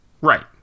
Right